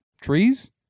Trees